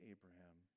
Abraham